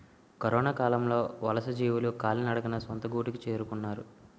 కరొనకాలంలో వలసజీవులు కాలినడకన సొంత గూటికి చేరుకున్నారు